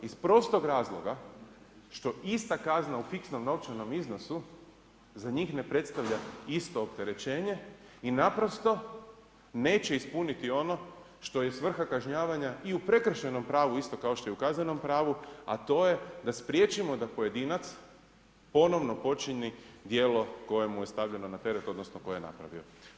Iz prostog razloga što ista kazna u fiksnom novčanom iznosu za njih ne predstavlja isto opterećenje i naprosto neće ispuniti ono što je svrha kažnjavanja i u prekršajnom pravu isto kao što u kaznenom pravu, a to je da spriječimo da pojedinac ponovno počini djelo koje mu je stavljeno na teret, odnosno koje je napravio.